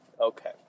Okay